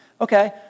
Okay